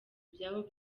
ibyabo